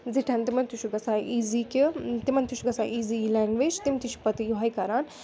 زِٹھٮ۪ن تِمَن تہِ چھُ گَژھان ایٖزی کہِ تِمَن تہِ چھُ گَژھان ایٖزی یہِ لینٛگویج تِم تہِ چھِ پَتہٕ یِہوے کَران